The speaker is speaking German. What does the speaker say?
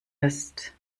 wirst